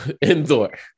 indoor